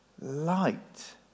light